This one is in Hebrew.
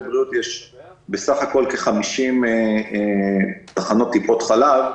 בריאות יש בסך הכול כ-50 תחנות טיפות חלב,